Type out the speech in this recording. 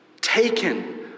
taken